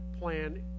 plan